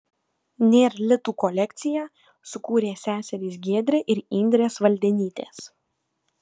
nėr litų kolekciją sukūrė seserys giedrė ir indrė svaldenytės